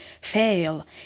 fail